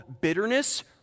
bitterness